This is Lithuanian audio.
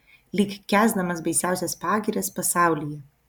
lyg kęsdamas baisiausias pagirias pasaulyje